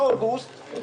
באוגוסט